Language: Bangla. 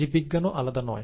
জীববিজ্ঞান ও আলাদা নয়